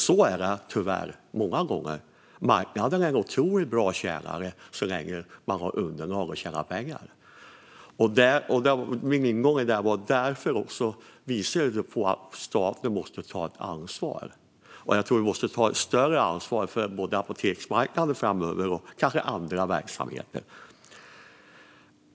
Så är det tyvärr många gånger; marknaden är en otroligt bra tjänare så länge man har underlag och tjänar pengar. Min ingång i detta är att det också visar att staten måste ta ett ansvar. Jag tror att vi måste ta ett större ansvar för både apoteksmarknaden och kanske också andra verksamheter framöver. Herr talman!